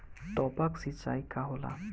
टपक सिंचाई का होला?